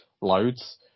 loads